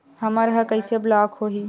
हमर ह कइसे ब्लॉक होही?